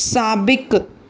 साबिक़ु